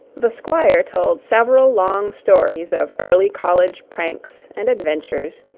the squire told several long stories of early college pranks and adventures,